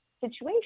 situation